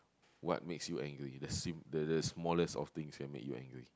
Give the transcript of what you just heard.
what makes you angry the sim~ the the smallest of things can make you angry